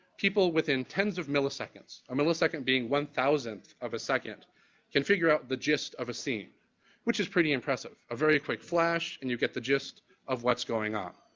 people within tens of milliseconds. a millisecond being one thousandth of a second can figure out the gist of a scene which is pretty impressive. a very quick flash and you get the gist of what's going on.